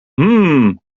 hmm